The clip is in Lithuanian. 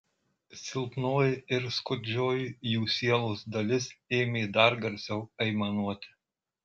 silpnoji ir skurdžioji jų sielos dalis ėmė dar garsiau aimanuoti